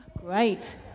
Great